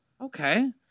Okay